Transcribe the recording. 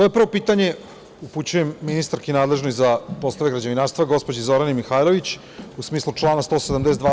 Svoje prvo pitanje upućujem ministarki nadležnoj za poslove građevinarstva, gospođi Zorani Mihajlović, u smislu člana 172.